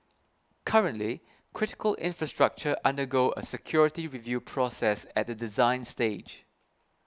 currently critical infrastructure undergo a security review process at the design stage